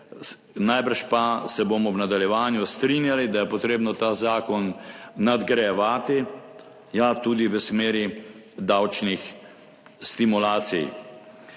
najbrž pa se bomo v nadaljevanju strinjali, da je treba ta zakon nadgrajevati, ja, tudi v smeri davčnih stimulacij.